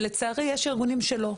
ולצערי, יש ארגונים שלא.